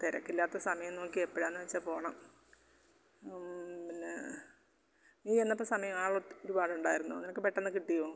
തിരക്കില്ലാത്ത സമയം നോക്കി എപ്പോഴാന്ന് വെച്ചാൽ പോകണം പിന്നെ നീ എന്നത്തെ സമയവാ ആളൊത്ത് ഒരുപാട് ഉണ്ടായിരുന്നോ നിനക്ക് പെട്ടന്ന് കിട്ടിയോ